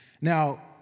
Now